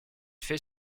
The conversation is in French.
fait